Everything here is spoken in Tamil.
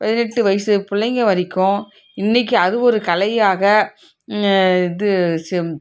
பதினெட்டு வயசு பிள்ளைங்க வரைக்கும் இன்னைக்கு அது ஒரு கலையாக இது சு